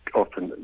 often